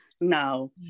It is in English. No